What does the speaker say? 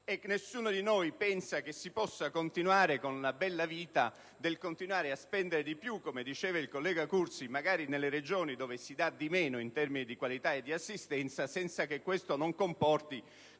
nessuno di noi pensa che si possa continuare con la bella vita dello spendere di più, come diceva il collega Cursi -magari nelle Regioni dove si dà di meno in termini di qualità e assistenza - senza che questo comporti